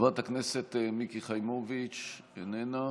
חברת הכנסת מיקי חיימוביץ' איננה.